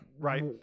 right